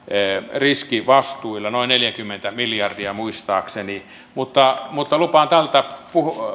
riski vastuilla noin neljäkymmentä miljardia muistaakseni mutta mutta lupaan tältä